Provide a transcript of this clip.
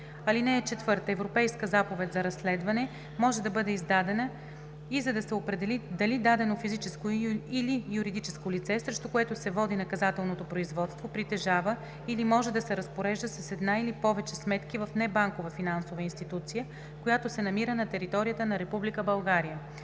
институции. (4) Европейска заповед за разследване може да бъде издадена и за да се определи дали дадено физическо или юридическо лице, срещу което се води наказателното производство, притежава или може да се разпорежда с една или с повече сметки в небанкова финансова институция, която се намира на територията на